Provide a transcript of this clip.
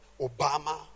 Obama